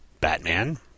Batman